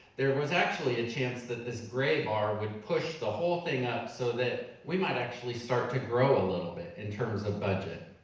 there was actually a chance that this gray bar would push the whole thing up so that we might actually start to grow a little bit in terms of budget.